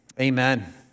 amen